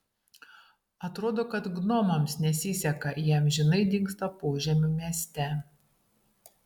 atrodo kad gnomams nesiseka jie amžinai dingsta požemių mieste